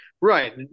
Right